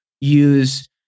use